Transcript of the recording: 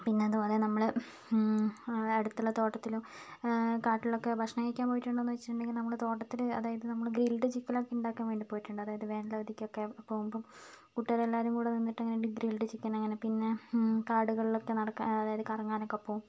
പിന്നെ അതുപോലെ നമ്മള് അടുത്തുള്ള തോട്ടത്തിലും കാട്ടിലൊക്കെ ഭക്ഷണം കഴിക്കാൻ പോയിട്ടുണ്ടോ എന്ന് വെച്ചിട്ടുണ്ടെങ്കില് നമ്മള് തോട്ടത്തില് അതായത് നമ്മള് ഗ്രിൽഡ് ചിക്കൻ ഒക്കെ ഉണ്ടാക്കാൻ വേണ്ടി പോയിട്ടുണ്ട് അതായത് വേനൽ അവധിക്കൊക്കെ പോകുമ്പോൾ കുട്ടികളെല്ലാവരും കൂടെ നിന്നിട്ട് ഗ്രിൽഡ് ചിക്കൻ അങ്ങനെ പിന്നെ കാടുകളിലൊക്കെ നടക്കാൻ അതായത് കറങ്ങാനൊക്കെ പോകും